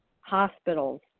hospitals